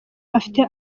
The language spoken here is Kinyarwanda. afite